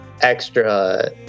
extra